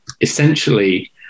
Essentially